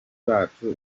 bacu